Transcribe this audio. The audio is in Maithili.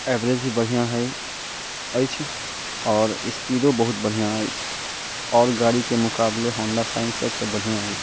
एवरेज भी बढ़िआँ हइ अछि आओर स्पीडो बहुत बढ़िआँ अछि आओर गाड़ीके मुकाबले होंडा शाइन सभसँ बढ़िआँ अइ